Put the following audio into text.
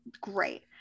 great